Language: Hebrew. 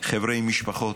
חבר'ה עם משפחות.